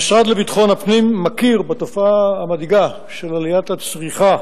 המשרד לביטחון הפנים מכיר בתופעה המדאיגה של עליית הצריכה